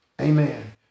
Amen